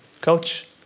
coach